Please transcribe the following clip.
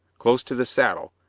close to the saddle,